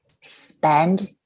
spend